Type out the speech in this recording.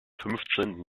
fünfzehnten